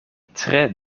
tre